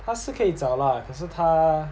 他是可以找啦可是他